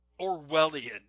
Orwellian